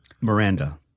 Miranda